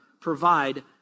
provide